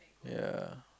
ya